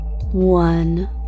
One